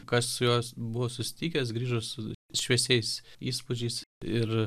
kas su jo buvo susitikęs grįžo su šviesiais įspūdžiais ir